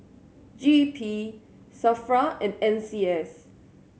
G E P SAFRA and N C S